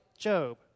Job